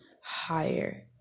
higher